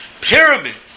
Pyramids